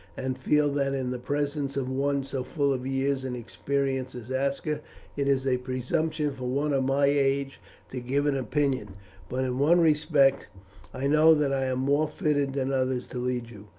and feel that in the presence of one so full of years and experience as aska it is a presumption for one of my age to give an opinion but in one respect i know that i am more fitted than others to lead you.